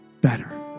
better